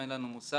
אין לנו מושג,